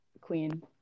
Queen